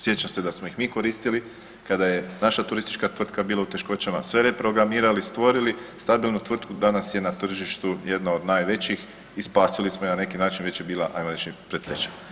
Sjećam se da smo ih mi koristili kada je naša turistička tvrtka bila u teškoćama, sve reprogramirali, stvorili stabilnu tvrtku danas je na tržištu jedna od najvećih i spasili smo je na neki način već je bila ajmo reći pred stečaj.